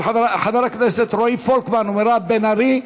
של חברי הכנסת רועי פולקמן ומירב בן ארי.